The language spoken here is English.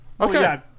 Okay